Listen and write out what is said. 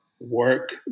work